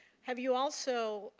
have you also